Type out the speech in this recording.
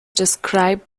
describe